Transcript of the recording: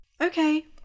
okay